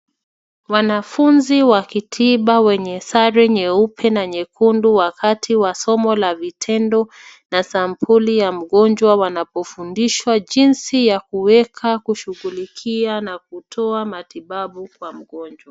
Wanafunzi wa kitiba wenye sare nyeupe na nyekundu wakati wa somo la vitendo na sampuli ya mgonjwa wanapofundishwa jinsi ya kuweka, kushughulikia na kutoa matibabu kwa mgonjwa.